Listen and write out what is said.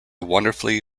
wonderfully